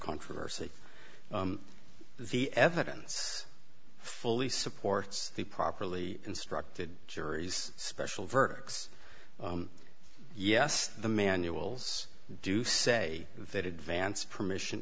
controversy the evidence fully supports the properly instructed juries special verdicts yes the manuals do say that advance permission